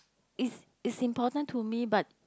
is is important to me but